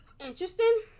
interesting